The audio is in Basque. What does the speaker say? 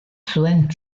zuen